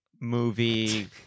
movie